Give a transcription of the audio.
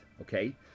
okay